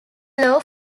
law